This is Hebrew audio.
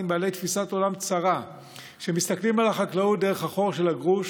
בעלי תפיסת עולם צרה שמסתכלים על החקלאות דרך החור של הגרוש.